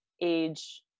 age